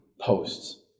posts